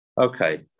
Okay